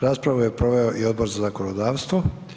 Raspravu je proveo i Odbor za zakonodavstvo.